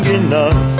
enough